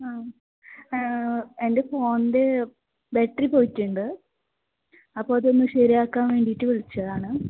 ആ എൻ്റെ ഫോണിൻ്റെ ബാറ്ററി പോയിട്ടുണ്ട് അപ്പം അതൊന്ന് ശരിയാക്കാൻ വേണ്ടിയിട്ട് വിളിച്ചതാണ്